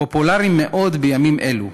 פופולרי מאוד בימים אלו,